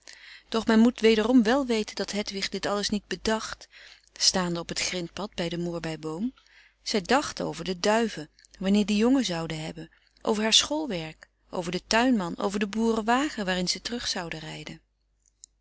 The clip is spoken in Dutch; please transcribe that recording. doch men moet wederom wel weten dat hedwig dit alles niet bedacht staande op het grintpad bij den moerbei boom zij dacht over de duiven wanneer die jongen zouden hebben over haar schoolwerk over den tuinman over den boerenwagen waarin ze terug zouden rijden